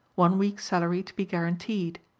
one week's salary to be guaranteed.